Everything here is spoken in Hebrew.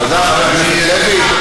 אבל זה כסף שסגן שר האוצר,